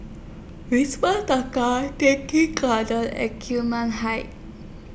Wisma Tai Keng Gardens and Gillman Heights